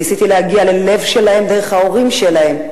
ניסיתי להגיע ללב שלהם דרך ההורים שלהם,